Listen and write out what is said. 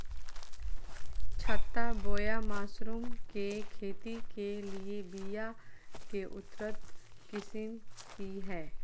छत्ता बोया मशरूम के खेती के लिए बिया के उन्नत किस्म की हैं?